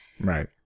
Right